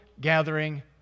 gathering